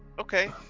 okay